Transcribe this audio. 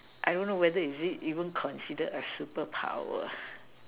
I don't know whether is even considered a superpower